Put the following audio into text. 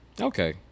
Okay